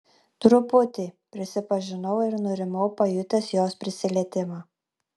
truputį prisipažinau ir nurimau pajutęs jos prisilietimą